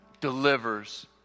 delivers